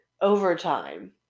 overtime